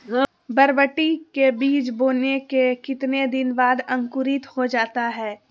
बरबटी के बीज बोने के कितने दिन बाद अंकुरित हो जाता है?